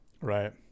Right